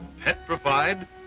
petrified